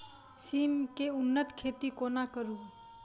सिम केँ उन्नत खेती कोना करू?